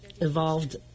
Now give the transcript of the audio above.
evolved